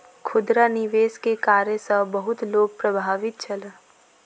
खुदरा निवेश के कार्य सॅ बहुत लोक प्रभावित छल